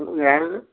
சொல்லுங்க யாரு இது